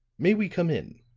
may we come in?